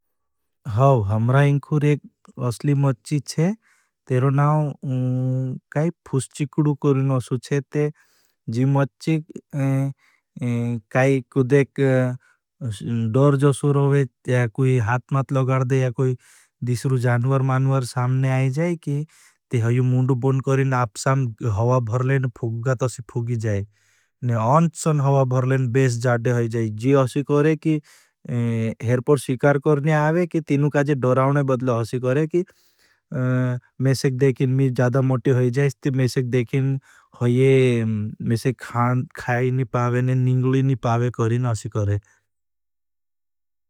हाँ, हमरा इंखुर एक असली मच्ची छे, तेरो नाओ काई फुष्ची कुड़ू करीन आशु छे ते। जी मच्ची काई कुदेक डोर जो शुरूर होगे, या कुई हाथ मात लगार दे, या कुई दिशरू जानवर, मानवर सामने आये जाए की, ते हयू मुड़ू बुन करीन, आप साम हवा भरलेन, फुग गात आशी फुगी जाए। ने अंचन हवा भरलेन, बेस जाड़े होई जाए, जी आशी करे की, हेर पर स्विकार करने आवे, की तीनु काजे डोरावने बदले आशी करे की। मेशेक देखिन मी जादा मोट की होई जाए, इसते मेशेक देखिन होई, मेशेक खाय नी पावेने, निंगली नी पावे करीन आशी करे।